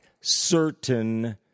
certain